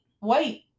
Wait